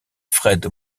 fred